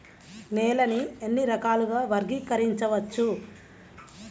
నేలని ఎన్ని రకాలుగా వర్గీకరించవచ్చు?